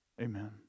amen